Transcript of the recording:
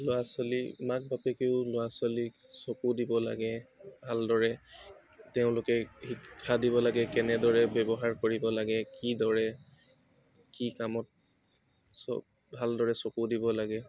ল'ৰা ছোৱালী মাক বাপেকেও ল'ৰা ছোৱালীক চকু দিব লাগে ভালদৰে তেওঁলোকে শিক্ষা দিব লাগে কেনেদৰে ব্যৱহাৰ কৰিব লাগে কিদৰে কি কামত চব ভালদৰে চকু দিব লাগে